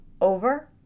over